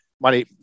money